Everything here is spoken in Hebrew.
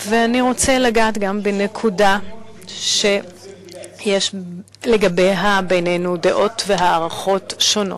אני רוצה לגעת גם בנקודה שיש לגביה בינינו דעות והערכות שונות,